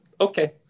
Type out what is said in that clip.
okay